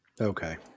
Okay